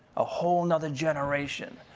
a whole nother generation,